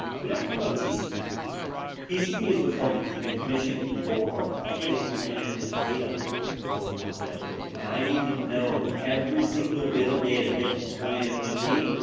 we never talked about tcp tcp is what's called the transmission control protocol. it's a way to transmit data reliably. when i need to know that every single bit of data gets from point a to point b,